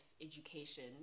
education